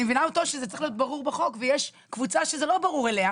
אני מבינה אותו שזה צריך להיות ברור בחוק ויש קבוצה שזה לא ברור לגביה,